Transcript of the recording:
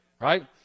Right